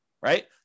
right